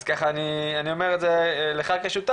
אז אני אומר את זה לך כשותף,